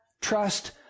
trust